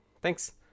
Thanks